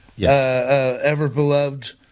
ever-beloved